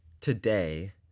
today